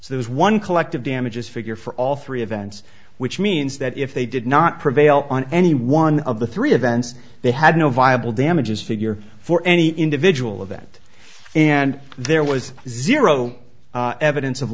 there's one collective damages figure for all three events which means that if they did not prevail on any one of the three events they had no viable damages figure for any individual event and there was zero evidence of